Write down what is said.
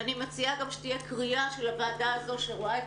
ואני מציעה שתהיה גם קריאה של הוועדה הזו שרואה את